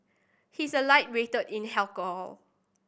he is a lightweight in alcohol